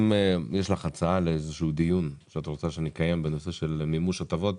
אם יש לך איזו הצעה לדיון שאת רוצה שנקיים בנושא של מימוש הטבות,